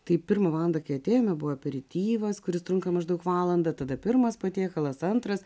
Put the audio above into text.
tai pirmą valandą kai atėjome buvo aperityvas kuris trunka maždaug valandą tada pirmas patiekalas antras